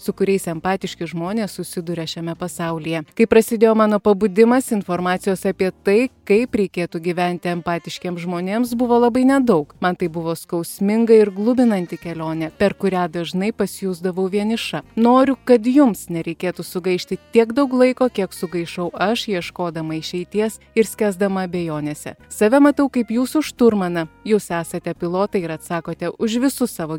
su kuriais empatiški žmonės susiduria šiame pasaulyje kai prasidėjo mano pabudimas informacijos apie tai kaip reikėtų gyventi empatiškiem žmonėms buvo labai nedaug man tai buvo skausminga ir gluminanti kelionė per kurią dažnai pasijusdavau vieniša noriu kad jums nereikėtų sugaišti tiek daug laiko kiek sugaišau aš ieškodama išeities ir skęsdama abejonėse save matau kaip jūsų šturmaną jūs esate pilotai ir atsakote už visus savo